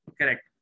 Correct